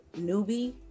newbie